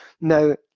Now